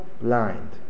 blind